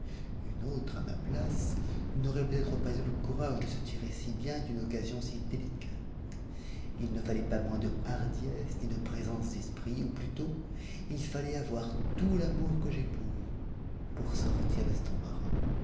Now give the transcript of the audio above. une autre à ma place n'aurait peut-être pas eu le courage de se tirer si bien d'une occasion si délicate il ne fallait pas moins de hardiesse ni de présence d'esprit ou plutôt il fallait avoir tout l'amour que j'ai pour vous pour sortir de